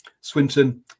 Swinton